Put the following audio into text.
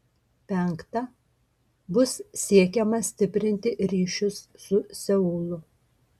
penkta bus siekiama stiprinti ryšius su seulu